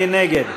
מי נגד?